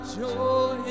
joy